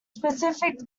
specific